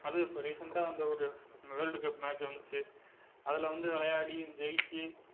அதுவும் இப்போ ரீசன்டாக அந்த ஒரு வேர்ல்டு கப் மேட்ச் வந்துச்சு அதில் வந்து விளையாடி ஜெயிச்சு